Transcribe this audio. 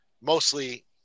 Mostly